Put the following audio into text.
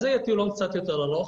אז זה יהיה טיולון קצת יותר ארוך,